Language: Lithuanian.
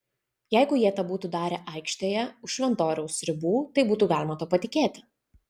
jeigu jie tą būtų darę aikštėje už šventoriaus ribų tai būtų galima tuo patikėti